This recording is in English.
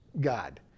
God